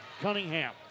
Cunningham